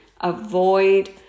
avoid